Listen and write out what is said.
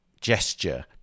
gesture